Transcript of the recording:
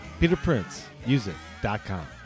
PeterPrinceMusic.com